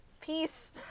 Peace